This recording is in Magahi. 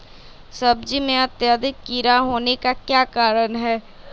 सब्जी में अत्यधिक कीड़ा होने का क्या कारण हैं?